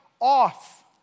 off